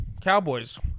Cowboys